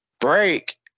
Break